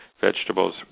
vegetables